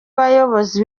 bayobozi